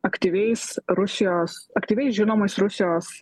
aktyviais rusijos aktyviais žinomais rusijos